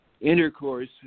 intercourse